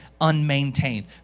unmaintained